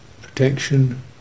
protection